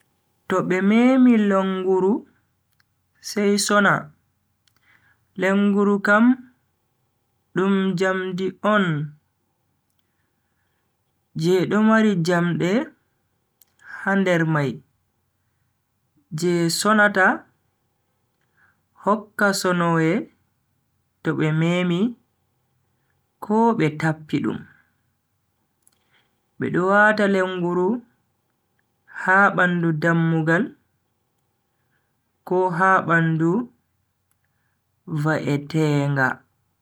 To be memi lenguru sai sona. lenguru kam dum jamdi on je do mari jamde ha nder mai je sonata hokka sonoye to be memi ko be tappi dum. bedo wata lenguru ha bandu dammugal ko ha bandu va'etenga.